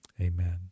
Amen